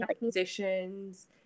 musicians